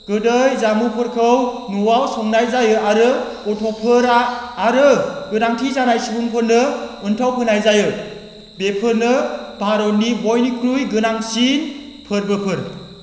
गोदै जामुंफोरखौ न'आव संनाय जायो आरो गथ'फोरा आरो गोनांथि जानाय सुबुंफोरनो अनथोब होनाय जायो बेफोरनो भारतनि बयनिख्रुइ गोनांसिन फोरबोफोर